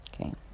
okay